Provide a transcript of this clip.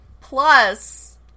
plus